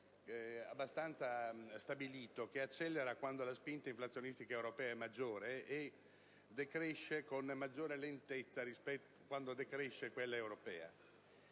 abbastanza stabilito che accelera quando la spinta inflazionistica europea è maggiore e decresce con maggiore lentezza quando decresce quella europea.